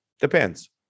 depends